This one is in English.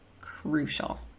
crucial